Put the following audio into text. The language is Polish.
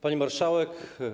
Pani Marszałek!